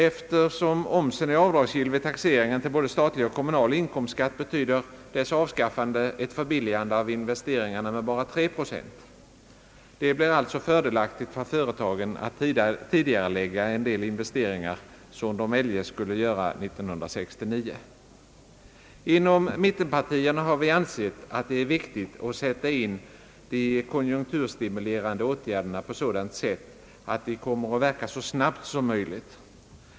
Eftersom omsen är avdragsgill vid taxeringen till både statlig och kommunal inkomstskatt, betyder dess avskaffande ett förbilligande av investeringarna med bara 3 procent. Det blir alltså fördelaktigt för företagen att tidigarelägga en del investeringar, som de eljest skulle göra 1969. Inom mittenpartierna har vi ansett att det är viktigt att sätta in de konjunkturstimulerande åtgärderna på ett sådant sätt, att de kommer att verka så snabbt som möjligt.